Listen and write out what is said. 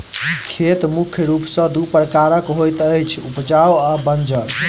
खेत मुख्य रूप सॅ दू प्रकारक होइत अछि, उपजाउ आ बंजर